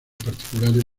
particulares